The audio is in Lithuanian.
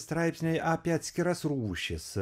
straipsniai apie atskiras rūšis